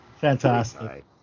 Fantastic